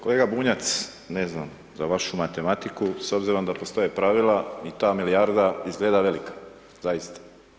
Kolega Bunjac, ne znam za vašu matematiku s obzirom da postoje pravila, i ta milijarda izgleda velika, zaista.